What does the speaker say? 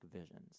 visions